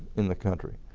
in the country.